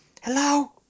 Hello